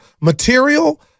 material